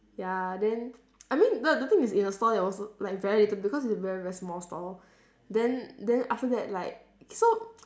ya then I mean the the thing is in the store there was like very little people because it's a very very small store then then after that like so